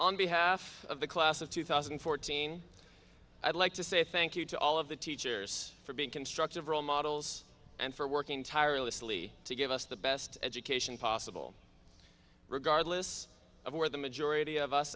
on behalf of the class of two thousand and fourteen i'd like to say thank you to all of the teachers for being constructive role models and for working tirelessly to give us the best education possible regardless of where the majority of us